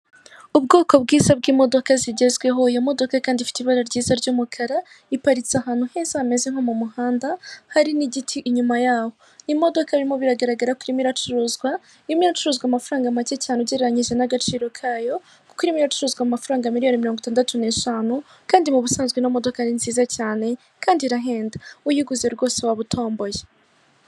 Ubwoko bwiza bw'imodoka zigezweho, iyo modoka kandi ifite ibara ryiza ry'umukara, iparitse ahantu heza hameze nko mu muhanda, hari n'igiti inyuma yaho. Imodoka birimo biragaragara ko irimo iracuruzwa, irimo iracuruzwa amafaranga make cyane ugereranyije n'agaciro kayo, kuko irimo iracuruzwa amafaranga miliyoni mirongo itandatu n'eshanu kandi mu busanzwe ino modoka ari nziza cyane kandi irahenda. Uyiguze rwose waba utomboye.